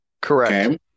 Correct